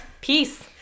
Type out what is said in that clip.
peace